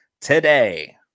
today